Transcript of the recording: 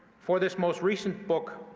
for this most recent book,